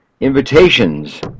invitations